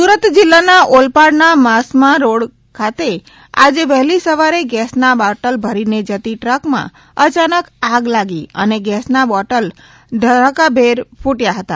અચનાક આગ સુરત જિલ્લાના ઑલપાડના માસમા રોડ ખાતે આજે વહેલી સવારે ગેસના બોટલ ભરીને જતી ટ્રકમાં અચનાક આગ લાગી અને ગેસના બોટલ ધડાકાભેર કૂટ્યા હતા